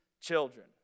children